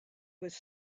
was